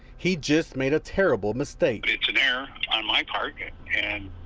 he just made a terrible mistake. it's an error on my part and